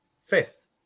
fifth